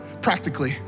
practically